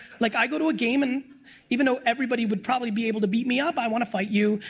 like i go to a game and even though everybody would probably be able to beat me up, i wanna fight you,